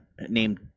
named